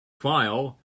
file